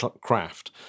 craft